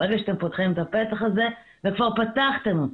ברגע שאתם פותחים את הפתח הזה, וכבר פתחתם אותו,